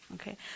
Okay